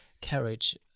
carriage